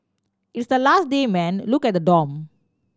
it's the last day man look at the dorm